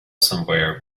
somewhere